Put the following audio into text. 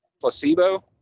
placebo